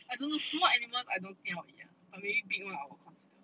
I don't know small animals I don't think I will eat lah but maybe big one I will consider